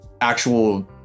actual